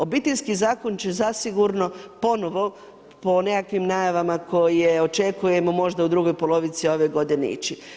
Obiteljski zakon će zasigurno ponovno po nekakvim najavama koje očekujemo možda u drugoj polovici ove godine ići.